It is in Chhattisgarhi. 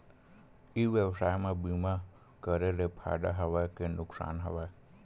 ई व्यवसाय म बीमा करे ले फ़ायदा हवय के नुकसान हवय?